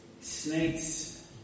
snakes